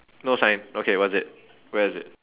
no sign okay what is it where is it